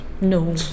No